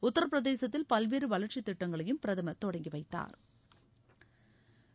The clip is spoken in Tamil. உத்தரபிரதேசத்தில் பல்வேறு வளர்ச்சித்திட்டங்களை பிரதமர் தொடங்கி வைத்தாா்